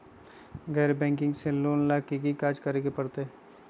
गैर बैंकिंग से लोन ला की की कागज के जरूरत पड़तै?